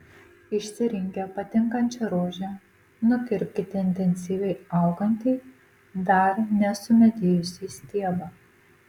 išsirinkę patinkančią rožę nukirpkite intensyviai augantį dar nesumedėjusį stiebą